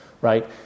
right